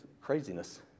craziness